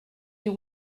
you